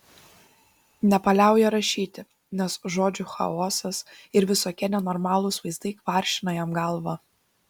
nepaliauja rašyti nes žodžių chaosas ir visokie nenormalūs vaizdai kvaršina jam galvą